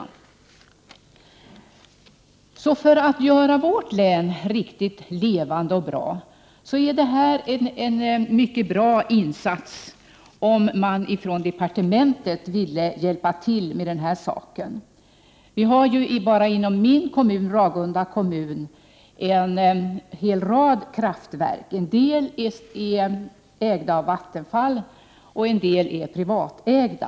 I arbetet för att göra vårt län riktigt levande och bra skulle det vara en mycket bra insats om man ifrån departementet vill hjälpa till med den saken. Bara inom min kommun, Ragunda kommun, har vi en hel rad kraftverk. En del av dem är ägda av Vattenfall och en del är privatägda.